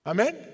Amen